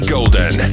Golden